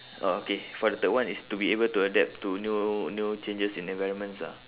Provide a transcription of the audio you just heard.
oh okay for the third one is to be able to adapt to new new changes in environments ah